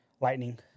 lightning